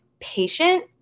patient